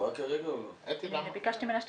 מכובדי היושב-ראש, התקלה הייתה כנראה אצלכם.